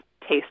taste